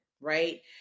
right